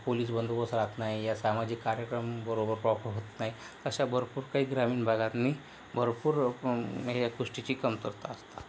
police बंदोबस्त राहत नाही या सामाजिक कार्यक्रम बरोबर प्रॉपर होत नाही अशा भरपूर काही ग्रामीण भागातनी भरपूर ह्या गोष्टीची कमतरता असतात